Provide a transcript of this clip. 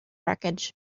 wreckage